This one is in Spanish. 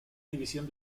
división